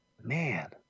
man